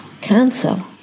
cancer